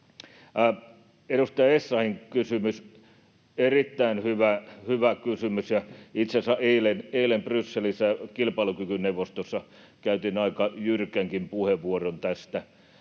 Edustaja Essayahin kysymys oli erittäin hyvä kysymys. Itse asiassa eilen Brysselissä kilpailukykyneuvostossa käytin aika jyrkänkin puheenvuoron tästä.